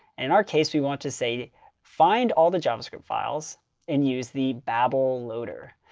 and our case, we want to say find all the javascript files and use the babel loader.